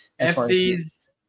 FC's